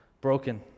broken